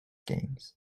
games